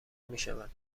میشود